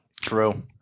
true